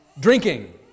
drinking